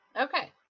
okay